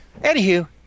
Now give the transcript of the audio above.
anywho